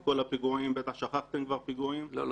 עם כל הפיגועים בטח שכחתם כבר פיגועים --- לא,